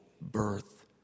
birth